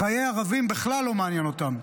חיי ערבים בכלל לא מעניינים אותם.